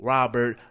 Robert